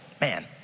man